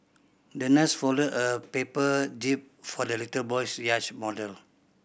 the nurse folded a paper jib for the little boy's yacht model